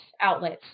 outlets